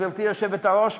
גברתי היושבת-ראש,